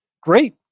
Great